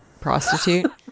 prostitute